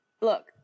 Look